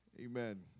amen